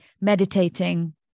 meditating